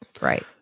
right